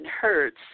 hertz